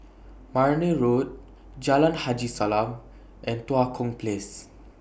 Marne Road Jalan Haji Salam and Tua Kong Place